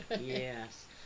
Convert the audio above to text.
yes